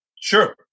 sure